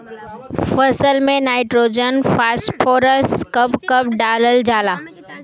फसल में nitrogen phosphorus कब कब डालल जाला?